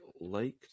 liked